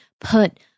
put